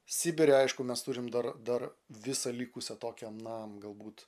sibire aišku mes turim dar dar visą likusią tokią na galbūt